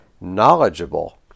knowledgeable